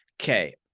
Okay